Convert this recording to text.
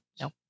No